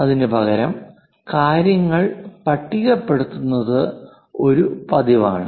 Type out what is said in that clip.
അതിനുപകരം കാര്യങ്ങൾ പട്ടികപ്പെടുത്തുന്നത് ഒരു പതിവാണ്